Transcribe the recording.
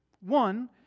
One